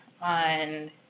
on